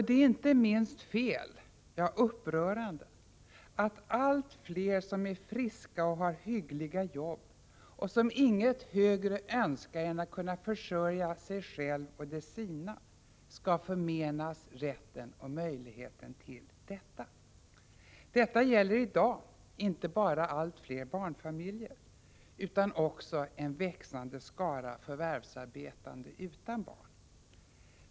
Det är inte minst fel, ja upprörande, att allt fler som är friska och har hyggliga jobb och som inget högre önskar skall förmenas rätten och möjligheten att kunna försörja sig själva och de sina. Detta gäller i dag inte bara allt fler barnfamiljer utan också en växande skara förvärvsarbetande utan barn.